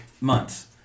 months